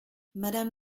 madame